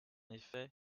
effet